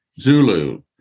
Zulu